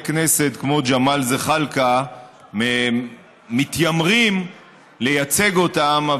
כנסת כמו ג'מאל זחאלקה מתיימרים לייצג אותם,